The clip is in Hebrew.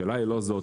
השאלה היא לא זאת,